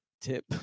tip